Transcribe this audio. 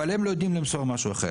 אבל הם לא יודעים משהו אחר.